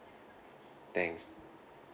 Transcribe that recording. thanks